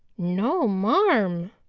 no, marm,